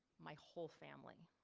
my whole family.